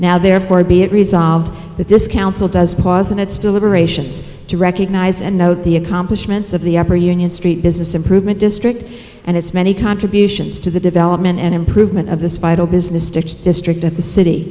now therefore be it resolved that this council does pause in its deliberations to recognize and note the accomplishments of the upper union street business improvement district and its many contributions to the development and improvement of the speidel business district at the city